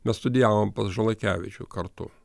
mes studijavom pas žalakevičių kartu